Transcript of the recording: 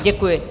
Děkuji.